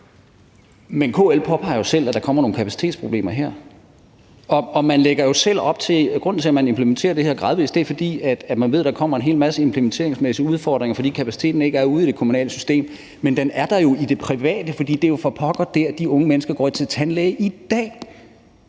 Men KL påpeger jo selv, at der kommer nogle kapacitetsproblemer her, og grunden til, at man implementerer det her gradvist, er jo, at man ved, at der kommer en hel masse implementeringsmæssige udfordringer, fordi kapaciteten ikke er ude i det kommunale system. Men den er der jo i det private, for det er jo for pokker der, de unge mennesker går til tandlæge i dag.